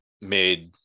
made